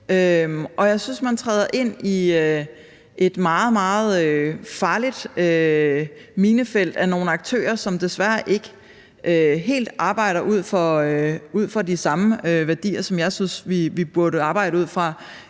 og jeg synes, man træder ind i et meget, meget farligt minefelt af nogle aktører, som desværre ikke helt arbejder ud fra de samme værdier, som jeg synes vi burde arbejde ud fra,